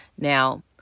Now